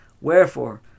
Wherefore